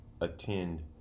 attend